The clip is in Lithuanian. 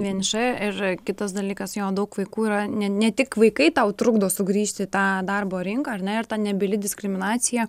vieniša ir kitas dalykas jo daug vaikų yra ne ne tik vaikai tau trukdo sugrįžti į tą darbo rinką ar ne ir ta nebyli diskriminacija